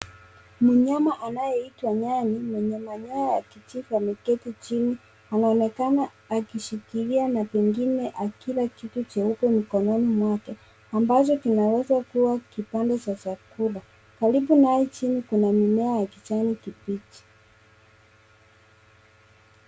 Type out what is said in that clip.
Mnyama anayeitwa nyani mwenye manyoya ya kijivu ameketi chini. Anaonekana akishikilia na pengine akila kitu cheupe mikononi mwake ambazo inaweza kuwa kipande cha chakula. Karibu naye, chini, kuna mimea ya kijani kibichi.